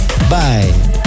Bye